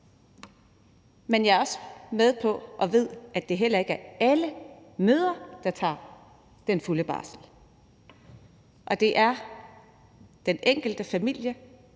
men jeg er også med på og ved, at det heller ikke er alle mødre, der tager den fulde barsel. Det er den enkelte familie,